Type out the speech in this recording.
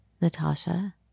Natasha